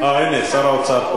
אה, הנה, שר האוצר פה.